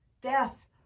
death